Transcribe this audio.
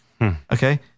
Okay